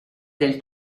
del